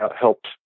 helped